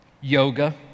yoga